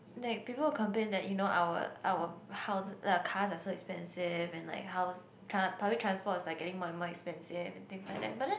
like people will complain that you know our our house cars are so expensive and like house cars public transport are getting more and more expensive and things like that but then